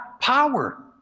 power